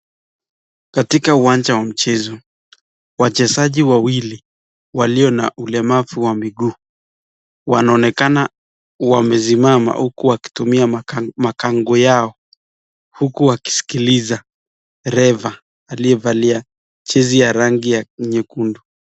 Katika uwanja wa michezo, wachezaji wawili walio na ulemavu wa miguu, wanaonekana wamesimama huku wakitumia makango yao, huku wakimsikiliza refa aliyevalia jezi ya rangi nyekundu.